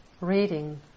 reading